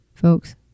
folks